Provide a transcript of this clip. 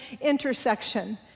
intersection